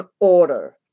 order